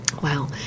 Wow